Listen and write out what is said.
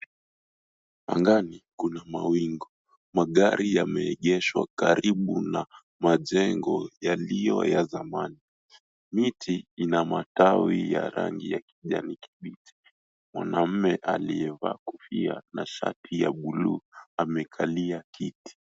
Angani kuna mawingu. Magari yameegeshwa karibu na majengo yaliyo ya zamani. Miti ina matawi ya rangi ya kijani kibichi. Mwanaume aliyevaa kofia na shati ya buluu amekalia kiti.